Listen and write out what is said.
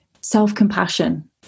self-compassion